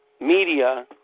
media